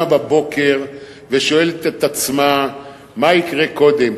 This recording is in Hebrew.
בבוקר ושואלת את עצמה מה יקרה קודם,